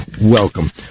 welcome